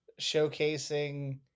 showcasing